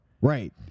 Right